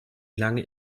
lange